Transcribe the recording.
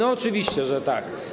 Oczywiście, że tak.